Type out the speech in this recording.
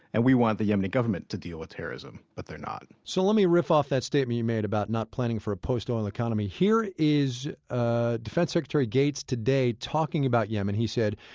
and we want the yemeni government to deal with terrorism, but they're not so let me riff off that statement you made about not planning for a post-oil economy here is ah defense secretary gates today, talking about yemen. he said,